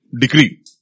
decree